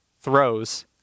throws